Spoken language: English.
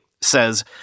says